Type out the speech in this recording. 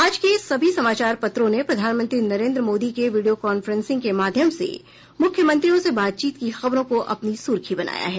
आज के सभी समाचार पत्रों ने प्रधानमंत्री नरेन्द्र मोदी के वीडियो कांफ्रेंसिंग के माध्यम से मुख्यमंत्रियों से बातचीत की खबरों को अपनी सुर्खी बनाया है